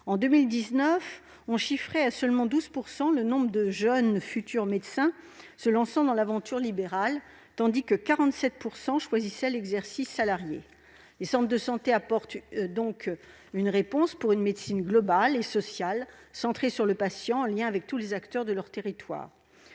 En 2019, on évaluait à seulement 12 % le nombre de jeunes futurs médecins se lançant dans l'aventure libérale, tandis que 47 % d'entre eux choisissaient l'exercice salarié. Les centres de santé leur apportent une réponse pour la pratique d'une médecine globale et sociale centrée sur le patient, en lien avec tous les acteurs de leur territoire.